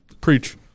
Preach